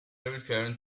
returned